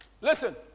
Listen